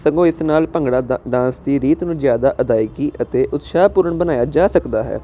ਸਗੋਂ ਇਸ ਨਾਲ ਭੰਗੜਾ ਡ ਡਾਂਸ ਦੀ ਰੀਤ ਨੂੰ ਜ਼ਿਆਦਾ ਅਦਾਇਗੀ ਅਤੇ ਉਤਸ਼ਾਹ ਪੂਰਨ ਬਣਾਇਆ ਜਾ ਸਕਦਾ ਹੈ